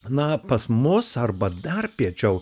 na pas mus arba dar piečiau